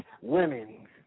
women